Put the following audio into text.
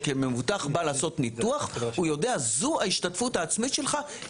כשמבוטח בא לעשות ניתוח הוא יודע זו ההשתתפות העצמית שלך.